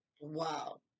Wow